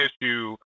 issue